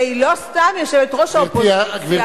והיא לא סתם יושבת-ראש האופוזיציה.